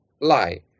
lie